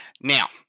now